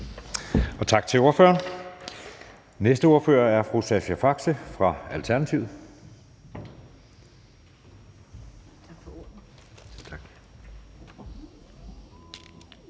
Tak til ordføreren. Næste ordfører er fru Sascha Faxe fra Alternativet.